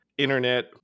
internet